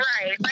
Right